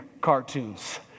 cartoons